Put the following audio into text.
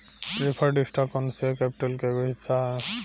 preferred stock कौनो share capital के एगो हिस्सा ह